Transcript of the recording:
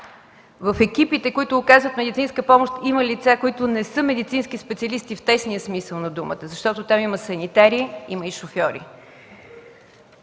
В екипите, които оказват медицинска помощ, има лица, които не са медицински специалисти в тесния смисъл на думата, защото там има санитари и шофьори.